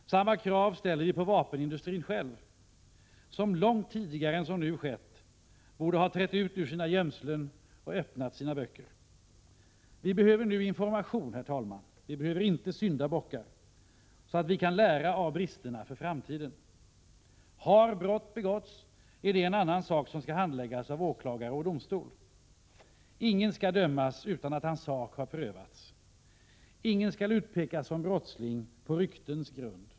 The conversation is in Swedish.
Samma krav ställer vi på vapenindustrin själv, som långt tidigare än som nu skett borde ha trätt ut ur sina gömslen och öppnat sina böcker. Vi behöver nu information, herr talman, inte syndabockar, så att vi kan lära för framtiden av bristerna. Har brott begåtts är det en annan sak som skall handläggas av åklagare och domstol. Ingen skall dömas utan att hans sak har prövats. Ingen skall utpekas som brottsling på ryktens grund.